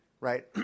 right